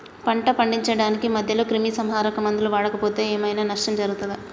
పంట పండించడానికి మధ్యలో క్రిమిసంహరక మందులు వాడకపోతే ఏం ఐనా నష్టం జరుగుతదా?